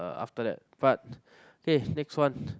uh after that but K next one